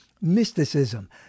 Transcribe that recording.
mysticism